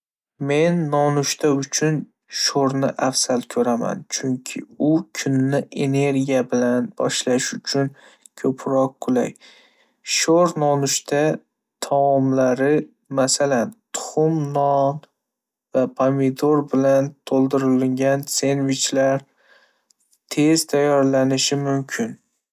Men nonushta uchun sho'rni afzal ko'raman, chunki u kunni energiya bilan boshlash uchun ko'proq qulay. Sho'r nonushta taomlari, masalan, tuxum, non va pomidor bilan to'ldirilgan sendvichlar, tez tayyorlanishi mumkin.